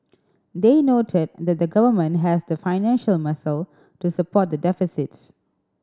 they noted that the Government has the financial muscle to support the deficits